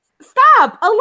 stop